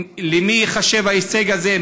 למי ייחשב ההישג הזה,